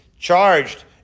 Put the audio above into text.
charged